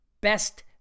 best